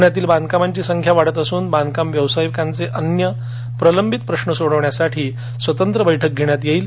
पुण्यातील बांधकामांची संख्या वाढत असून बांधकाम व्यावसायिकांचे अन्य प्रलंबित प्रश्न सोडवण्यासाठी स्वतंत्र बैठक घेण्यात येईल